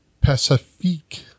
pacifique